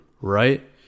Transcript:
right